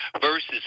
versus